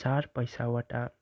चार पैसावटा